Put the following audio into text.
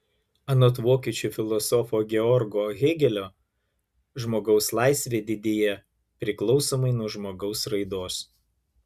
anot vokiečių filosofo georgo hėgelio žmogaus laisvė didėja priklausomai nuo žmogaus raidos